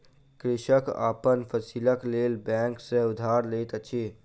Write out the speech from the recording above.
कृषक अपन फसीलक लेल बैंक सॅ उधार लैत अछि